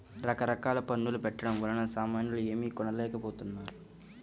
రకరకాల పన్నుల పెట్టడం వలన సామాన్యులు ఏమీ కొనలేకపోతున్నారు